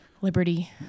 liberty